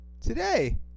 today